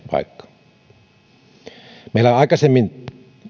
vaikka terrafame meillä aikaisemmin